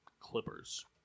Clippers